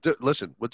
Listen